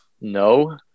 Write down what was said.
no